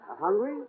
Hungry